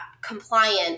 compliant